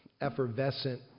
effervescent